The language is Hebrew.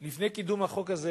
לפני קידום החוק הזה,